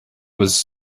was